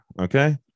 okay